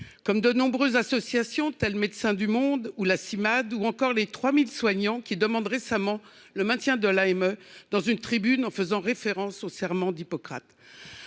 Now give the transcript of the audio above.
comme de nombreuses associations telles que Médecins du monde, la Cimade ou les 3 000 soignants qui ont demandé récemment le maintien de l’AME dans une tribune, en faisant référence au serment d’Hippocrate.